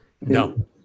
No